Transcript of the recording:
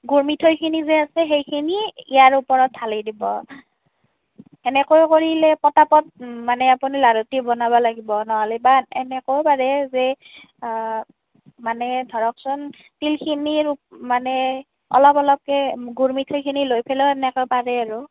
গুৰ মিঠৈখিনি যে আছে সেইখিনি ইয়াৰ ওপৰত ঢালি দিব সেনেকৈ কৰিলে পটাপট মানে আপুনি লাৰুটো বনাব লাগিব নহ'লেবা এনেকৈও পাৰে যে মানে ধৰকচোন তিলখিনিৰ ওপ মানে অলপ অলপকৈ গুৰ মিঠৈখিনি লৈ পেলায়ো এনেকৈ পাৰে আৰু